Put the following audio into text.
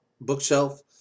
bookshelf